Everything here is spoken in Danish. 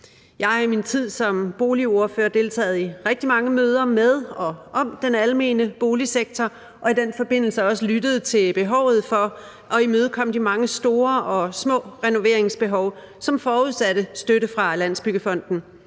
Jeg har i min tid som boligordfører deltaget i rigtig mange møder med og om den almene boligsektor og i den forbindelse også lyttet til behovet for at imødekomme de mange store og små renoveringsbehov, som forudsatte støtte fra Landsbyggefonden.